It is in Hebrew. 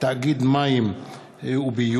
תאגיד מים וביוב),